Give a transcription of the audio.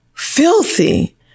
Filthy